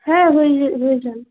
হ্যাঁ হয়ে যে হয়ে যান